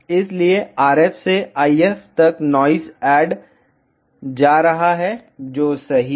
इसलिए RF से IF तक नॉइस ऐड जा रहा है जो सही है